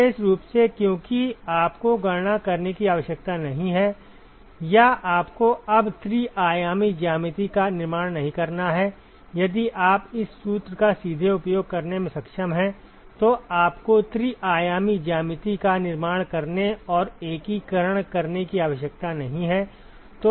विशेष रूप से क्योंकि आपको गणना करने की आवश्यकता नहीं है या आपको अब त्रि आयामी ज्यामिति का निर्माण नहीं करना है यदि आप इस सूत्र का सीधे उपयोग करने में सक्षम हैं तो आपको त्रि आयामी ज्यामिति का निर्माण करने और एकीकरण करने की आवश्यकता नहीं है